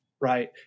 Right